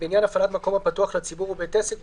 בעניין הפעלת מקום הפתוח לציבור או בית עסק,